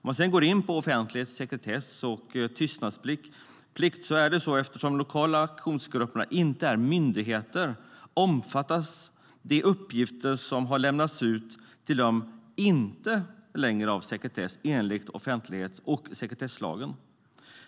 Jag går nu in på offentlighet, sekretess och tystnadsplikt. Eftersom de lokala aktionsgrupperna inte är myndigheter omfattas de uppgifter som har lämnats ut till dem inte längre av sekretess enligt offentlighets och sekretesslagen.